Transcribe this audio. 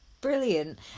brilliant